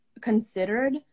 considered